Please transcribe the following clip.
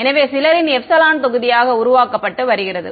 எனவே இது சிலரின் ε தொகுதியாக உருவாக்கப்பட்டு வருகிறது